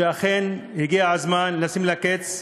שאכן הגיע לשים לה קץ,